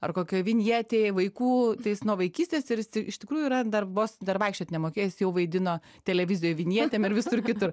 ar kokioj vinjetėj vaikų tai jis nuo vaikystės ir jis iš tikrųjų yra dar vos dar vaikščiot nemokėjo jis jau vaidino televizijoj vinjetėm ir visur kitur